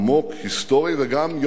היסטורי וגם יומיומי,